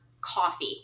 coffee